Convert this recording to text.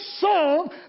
song